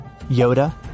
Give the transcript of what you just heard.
Yoda